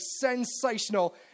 sensational